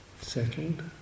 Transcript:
settled